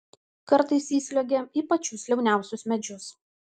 kartais įsliuogia į pačius liauniausius medžius